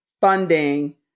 funding